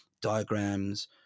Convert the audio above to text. diagrams